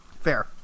Fair